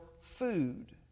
food